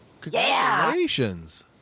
Congratulations